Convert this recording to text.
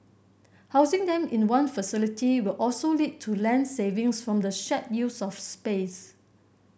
housing them in one facility will also lead to land savings from the shared use of space